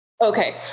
Okay